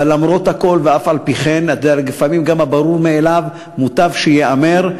אבל למרות הכול ואף-על-פי-כן גם הברור מאליו מוטב שייאמר,